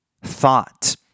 thought